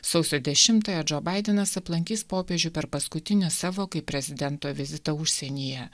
sausio dešimtąją džo baidenas aplankys popiežių per paskutinį savo kaip prezidento vizitą užsienyje